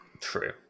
True